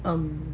um